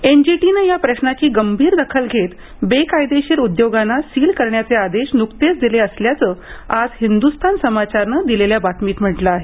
एनजीटीनं या प्रश्नाची गंभीर दखल घेत बेकायदेशीर उद्योगांना सील करण्याचे आदेश नुकतेच दिले असल्याचं आज हिंदुस्थान समाचारनं दिलेल्या बातमीत म्हटलं आहे